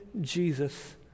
Jesus